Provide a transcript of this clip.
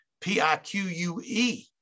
P-I-Q-U-E